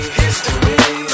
history